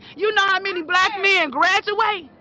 you know how many black men graduate?